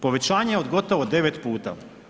Povećanje od gotovo 9 puta.